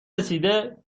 رسیده